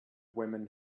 women